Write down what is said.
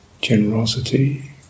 generosity